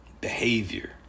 behavior